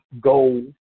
gold